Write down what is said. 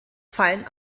fallen